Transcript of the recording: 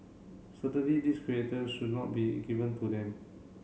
certainly should not be given to them